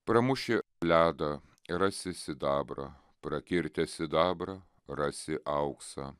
pramuši ledą rasi sidabrą prakirtęs sidabrą rasi auksą